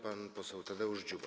Pan poseł Tadeusz Dziuba.